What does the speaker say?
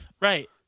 Right